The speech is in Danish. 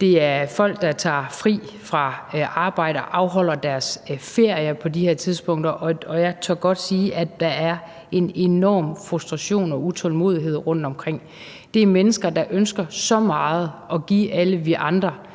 det er folk, der tager fri fra arbejde og afholder deres ferie på de her tidspunkter. Og jeg tør godt sige, at der er en enorm frustration og utålmodighed rundtomkring. Det er mennesker, der ønsker så meget at give alle os andre